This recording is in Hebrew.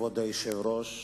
כבוד היושב-ראש,